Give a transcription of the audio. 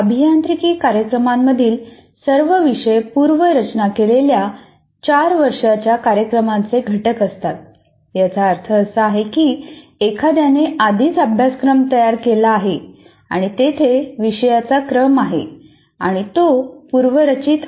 अभियांत्रिकी कार्यक्रमांमधील सर्व विषय पूर्व रचना केलेल्या 4 वर्षाच्या कार्यक्रमाचे घटक असतात याचा अर्थ असा आहे की एखाद्याने आधीच अभ्यासक्रम तयार केला आहे आणि तेथे विषयांचा क्रम आहे आणि तो पूर्व रचित आहे